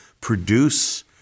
produce